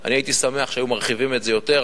אני הייתי שמח אם היו מרחיבים את זה יותר,